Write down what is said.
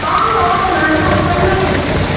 অঁ অঁ মাংস দোকানতে লাগিছে